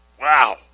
Wow